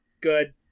good